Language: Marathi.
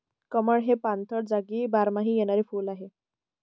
कमळ हे पाणथळ जागी बारमाही येणारे फुल आहे